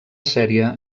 sèrie